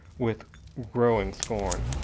with growing scorn.